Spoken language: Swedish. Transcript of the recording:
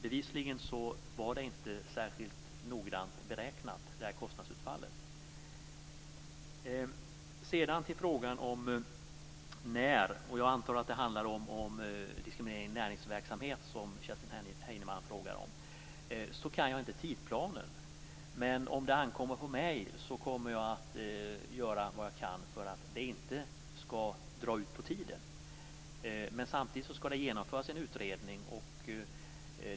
Bevisligen var det här kostnadsutfallet inte särskilt noggrant beräknat. När det gäller frågan om när - jag antar att det är diskriminering i näringsverksamhet som Kerstin Heinemann frågar om - kan jag inte tidsplanen. Men om det ankommer på mig kommer jag att göra vad jag kan för att det inte skall dra ut på tiden. Men samtidigt skall det genomföras en utredning.